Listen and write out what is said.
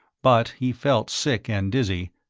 but he felt sick and dizzy,